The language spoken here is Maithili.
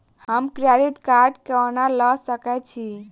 हम क्रेडिट कार्ड कोना लऽ सकै छी?